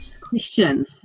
question